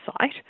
site